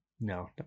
No